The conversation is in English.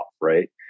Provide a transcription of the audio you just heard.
right